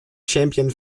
champion